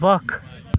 وکھ